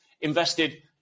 invested